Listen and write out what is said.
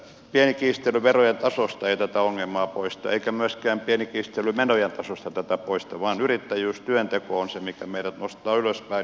pieni kiistely verojen tasosta ei tätä ongelmaa poista eikä myöskään pieni kiistely menojen tasosta tätä poista vaan yrittäjyys työnteko ovat ne mitkä meidät nostavat ylöspäin